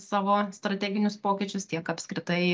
savo strateginius pokyčius tiek apskritai